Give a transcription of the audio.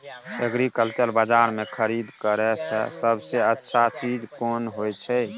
Agriculture बाजार में खरीद करे से सबसे अच्छा चीज कोन होय छै?